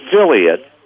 affiliate